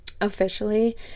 officially